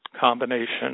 combination